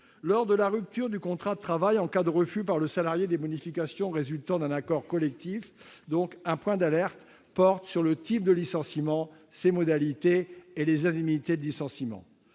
Lors de la rupture du contrat de travail en cas de refus par le salarié des modifications résultant d'un accord collectif, un point d'alerte porte sur le type de licenciement, ses modalités et le montant des indemnités de licenciement.